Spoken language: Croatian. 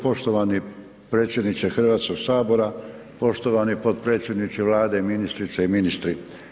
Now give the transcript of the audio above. Poštovani predsjedniče Hrvatskog sabora, poštovani potpredsjedniče Vlade, ministrice i ministri.